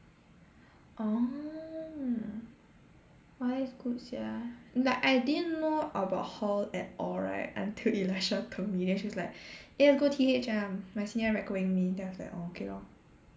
oh !wah! that's good sia like I didn't know about hall at all right until Elisha told me then she was like eh let's go T_H ah my senior recommend me then I was like orh okay lor